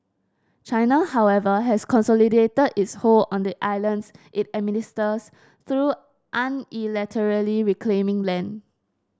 China however has consolidated its hold on the islands it administers through unilaterally reclaiming land